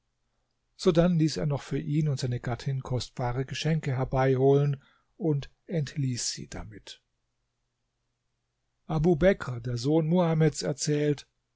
sodann ließ er noch für ihn und seine gattin kostbare geschenke herbeiholen und entließ sie damit abu bekr der sohn muhameds erzählt